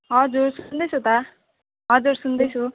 हजुर सुन्दैछु त हजुर सुन्दैछु